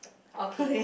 okay